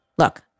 Look